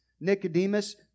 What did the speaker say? Nicodemus